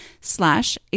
slash